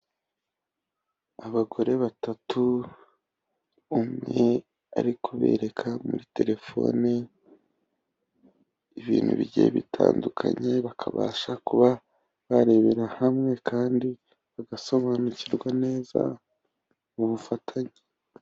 Abagore batatu, umwe ari kubereka muri telefoni ibintu bigiye bitandukanye, bakabasha kuba barebera hamwe kandi bagasobanukirwa neza mu bufatanye.